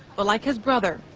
but like his brother,